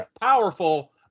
powerful